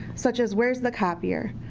such as where's the copier,